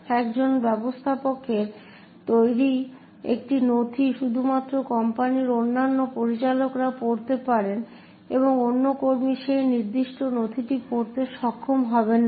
একজন ব্যবস্থাপকের তৈরি একটি নথি শুধুমাত্র কোম্পানির অন্যান্য পরিচালকরা পড়তে পারেন এবং কোনও কর্মী সেই নির্দিষ্ট নথিটি পড়তে সক্ষম হবেন না